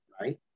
right